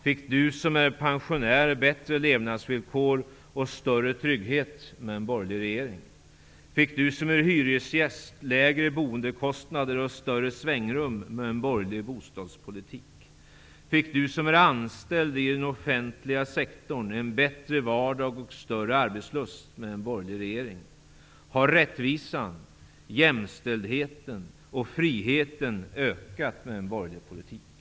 Fick du som är pensionär bättre levnadsvillkor och större trygghet med en borgerlig regering? --Fick du som är hyresgäst lägre boendekostnader och större svängrum med en borgerlig bostadspolitik? --Fick du som är anställd i den offentliga sektorn en bättre vardag och större arbetslust med en borgerlig regering? --Har rättvisan, jämställdheten och friheten ökat med en borgerlig politik?